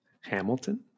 Hamilton